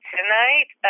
Tonight